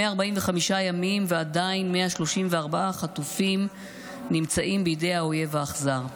145 ימים ועדיין 134 חטופים נמצאים בידי האויב האכזר.